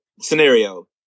scenario